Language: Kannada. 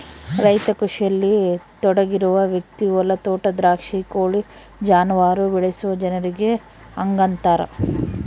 ರೈತ ಕೃಷಿಯಲ್ಲಿ ತೊಡಗಿರುವ ವ್ಯಕ್ತಿ ಹೊಲ ತೋಟ ದ್ರಾಕ್ಷಿ ಕೋಳಿ ಜಾನುವಾರು ಬೆಳೆಸುವ ಜನರಿಗೆ ಹಂಗಂತಾರ